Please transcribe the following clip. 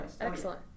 excellent